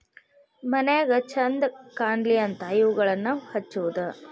ಮನ್ಯಾಗ ಚಂದ ಕಾನ್ಲಿ ಅಂತಾ ಇವುಗಳನ್ನಾ ಹಚ್ಚುದ